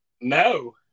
No